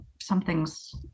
something's